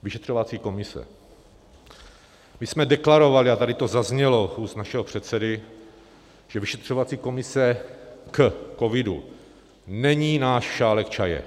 Vyšetřovací komise: my jsme deklarovali, a tady to zaznělo z úst našeho předsedy, že vyšetřovací komise k covidu není náš šálek čaje.